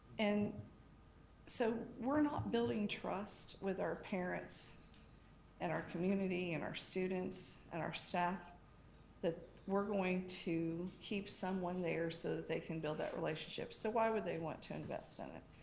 and so we're not building trust with our parents and our community and our students and our staff that we're going to keep someone there so that they can build that relationship. so why would they want to invest in it?